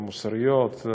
מוסריות,